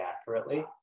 accurately